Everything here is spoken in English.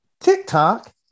TikTok